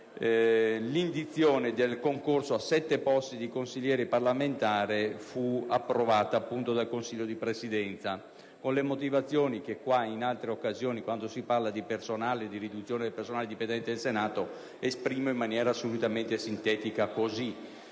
l'indizione del concorso a sette posti di consigliere parlamentare fu approvata dal Consiglio di Presidenza, con le motivazioni - che in altre occasioni, quando si parla di riduzione del personale dipendente del Senato, sono espresse in maniera assolutamente sintetica - così